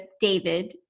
David